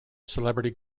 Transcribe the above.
celebrity